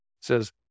says